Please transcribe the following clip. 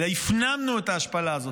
אלא הפנמנו את ההשפלה הזאת,